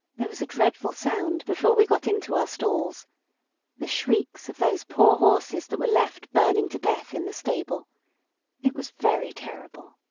there was a dreadful sound before we got into our stalls the shrieks of those poor horses that were left burning to death in the stable it was very terrible!